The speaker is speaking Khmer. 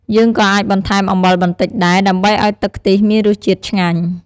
យើងក៏អាចបន្ថែមអំបិលបន្តិចដែរ ដើម្បីឲ្យទឹកខ្ទិះមានរសជាតិឆ្ងាញ់។